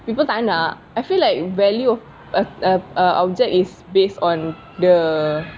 people tak nak I feel like value a a a object is based on the